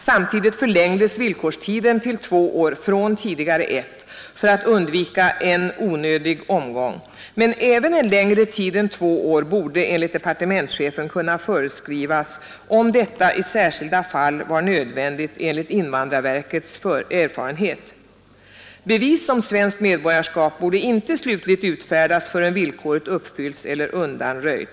Samtidigt förlängdes villkorstiden till två år från tidigare ett, för att undvika onödig omgång — men även en längre tid än två år borde enligt departementschefen kunna föreskrivas, om detta i särskilda fall var nödvändigt enligt invandrarverkets erfarenhet. Nr 74 Å Bevis om svenskt medborgarskap borde inte slutligt utfärdas förrän Torsdagen den villkoret uppfyllts eller undanröjts.